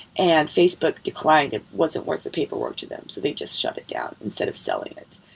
and facebook declined, it wasn't worth the paperwork to them, so they just shut it down instead of selling it.